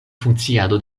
funkciado